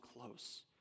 close